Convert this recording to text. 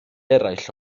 eraill